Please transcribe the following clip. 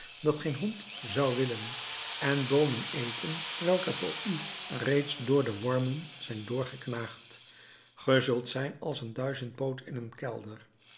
dat geen hond zou willen en boonen eten welke voor u reeds door de wormen zijn doorgeknaagd ge zult zijn als een duizendpoot in een kelder